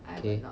okay